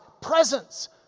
presence